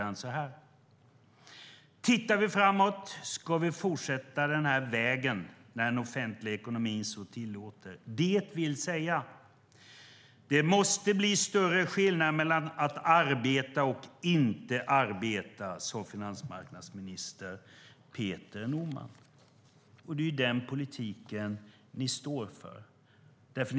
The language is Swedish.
Han sade ordagrant: Tittar vi framåt ska vi fortsätta den här vägen när den offentliga ekonomin så tillåter, det vill säga: Det måste bli större skillnad mellan att arbeta och att inte arbeta. Det sade finansmarknadsminister Peter Norman. Det är den politiken ni står för.